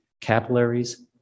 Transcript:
capillaries